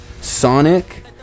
sonic